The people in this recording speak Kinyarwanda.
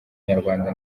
nyarwanda